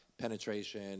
penetration